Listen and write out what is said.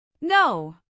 No